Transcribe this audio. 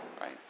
right